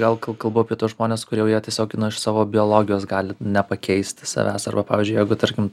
gal kal kalbu apie tuos žmones kurie jau jie tiesiog na iš savo biologijos gali nepakeisti savęs arba pavyzdžiui jeigu tarkim